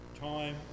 time